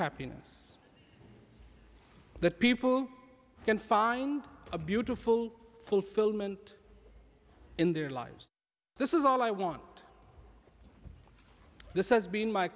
happiness that people can find a beautiful fulfillment in their lives this is all i want this has been my